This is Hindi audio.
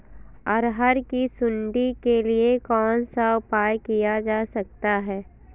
अरहर की सुंडी के लिए कौन सा उपाय किया जा सकता है?